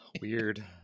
weird